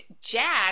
Jack